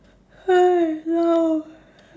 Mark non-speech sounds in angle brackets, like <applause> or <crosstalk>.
<noise> no